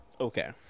Okay